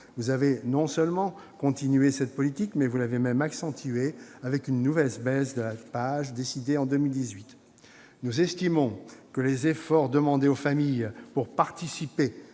Vous avez non seulement continué cette politique, mais vous l'avez accentuée avec une nouvelle baisse de la PAJE, décidée en 2018. Nous estimons que les efforts demandés aux familles pour participer